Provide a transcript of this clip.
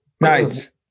Nice